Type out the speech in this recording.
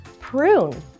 prune